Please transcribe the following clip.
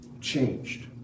changed